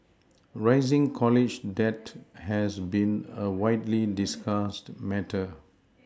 rising college debt has been a widely discussed matter